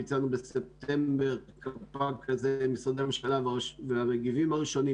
ביצענו בספטמבר קפ"ק כזה עם משרדי הממשלה והמגיבים הראשונים,